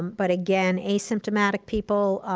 but again, asymptomatic people,